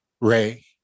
ray